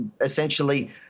essentially